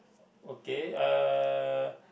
okay uh